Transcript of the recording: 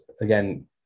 again